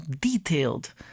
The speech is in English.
detailed